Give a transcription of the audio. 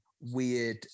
weird